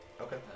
Okay